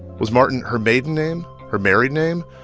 was martin her maiden name, her married name?